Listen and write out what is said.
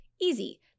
Easy